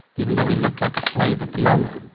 even though he looked like a slave at the moment,